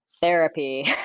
Therapy